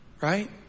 Right